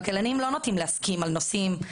כלכלנים לא נוטים להסכים על נושאים,